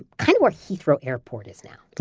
kind of where heathrow airport is now.